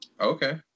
Okay